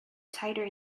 tighter